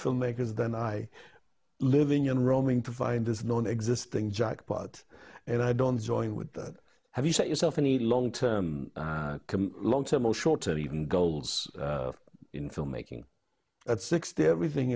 filmmakers than i living in roaming to find this non existing jackpot and i don't join with that have you set yourself in a long term long term or short or even goals in filmmaking at sixty everything